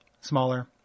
smaller